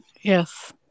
Yes